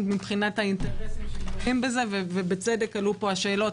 מבחינת האינטרסים שנוגעים בזה לא